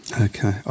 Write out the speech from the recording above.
Okay